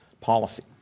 policy